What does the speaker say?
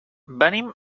venim